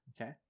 Okay